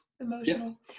emotional